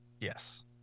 Yes